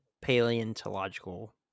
paleontological